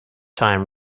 time